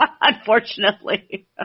Unfortunately